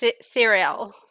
cereal